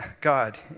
God